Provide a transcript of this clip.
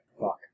fuck